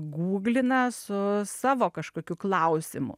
gūglina su savo kažkokiu klausimu